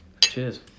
Cheers